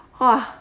!wah!